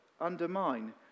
undermine